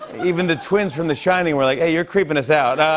even the twins from the shining were like, hey, you're creeping us out.